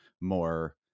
more